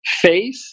faith